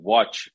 Watch